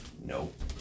Nope